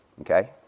Okay